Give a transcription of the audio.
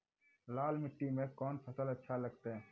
लाल मिट्टी मे कोंन फसल अच्छा लगते?